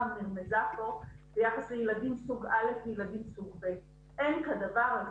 או נרמזה פה ביחס לילדים סוג א' וילדים סוג ב' אין כדבר הזה.